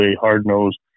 hard-nosed